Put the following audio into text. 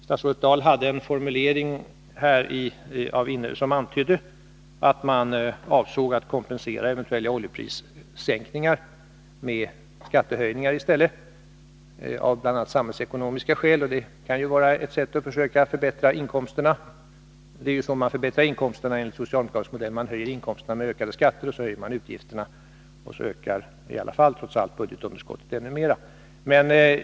Statsrådet hade i det här avseendet en formulering som antydde att man avsåg att kompensera eventuella oljeprissänkningar med skattehöjningar, bl.a. av samhällsekonomiska skäl, och det kan ju vara ett sätt att försöka öka inkomsterna. Det är så man brukar öka inkomsterna enligt socialdemokratisk modell, dvs. man ökar dem genom att ta ut högre skatter, och sedan ökar man utgifterna, vilket gör att budgetunderskottet trots allt ökar ännu mer.